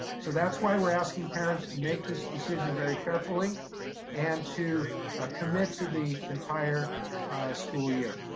so that's why we're asking parents to make this decision very carefully and to ah commit to the entire school year.